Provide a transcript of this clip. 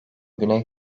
güney